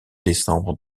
décembre